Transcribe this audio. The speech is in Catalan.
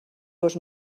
gos